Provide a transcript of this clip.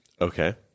Okay